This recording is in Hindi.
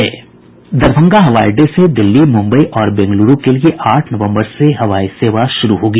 दरभंगा हवाई अड्डे से दिल्ली मुम्बई और बेंगलुरू के लिए आठ नवम्बर से हवाई सेवा शुरू होगी